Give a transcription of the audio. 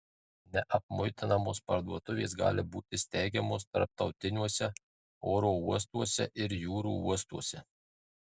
neapmuitinamos parduotuvės gali būti steigiamos tarptautiniuose oro uostuose ir jūrų uostuose